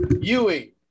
Ewing